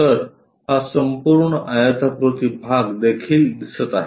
तर हा संपूर्ण आयताकृती भाग देखील दिसत आहे